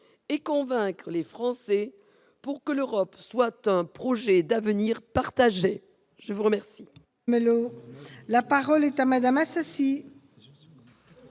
et convaincre les Français afin que l'Europe soit un projet d'avenir partagé. La parole